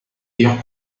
ayant